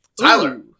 Tyler